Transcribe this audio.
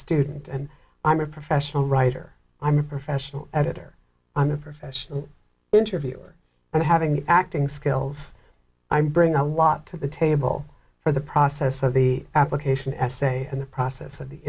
student and i'm a professional writer i'm a professional editor i'm a professional interviewer but having the acting skills i'm bring a lot to the table for the process of the application essay and the process of the